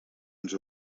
ens